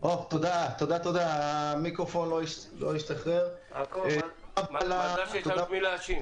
ואתה יודע מה נדרש גם אם יודעים?